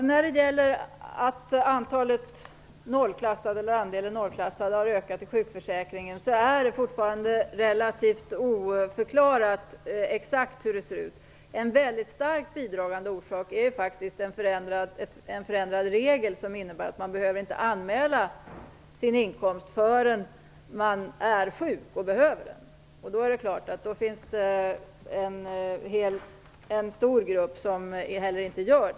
Herr talman! De exakta orsakerna till att andelen nollklassade i sjukförsäkringen har ökat är fortfarande relativt oförklarade. En mycket starkt bidragande orsak är dock en regelförändring som innebär att man inte behöver anmäla sin inkomst förrän man blivit sjuk och behöver ersättning. Det finns därför en stor grupp som inte anmäler sin inkomst.